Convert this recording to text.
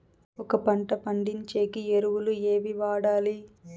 ఒక పంట పండించేకి ఎరువులు ఏవి వాడాలి?